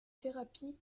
thérapie